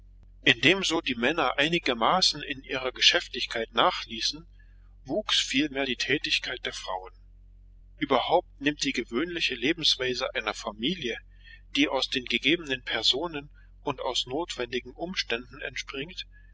indem so die männer einigermaßen in ihrer geschäftigkeit nachließen wuchs vielmehr die tätigkeit der frauen überhaupt nimmt die gewöhnliche lebensweise einer familie die aus den gegebenen personen und aus notwendigen umständen entspringt